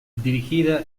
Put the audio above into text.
dirigida